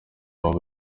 baba